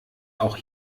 auch